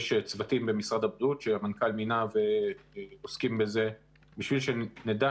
יש צוותים במשרד הבריאות שהמנכ"ל מינה ועוסקים בזה בשביל שנדע